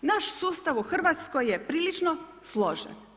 Naš sustav u Hrvatskoj je prilično složen.